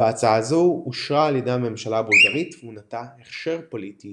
והצעה זו אושרה על ידי הממשלה הבולגרית ונתנה הכשר פוליטי